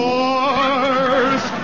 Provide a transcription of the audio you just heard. Wars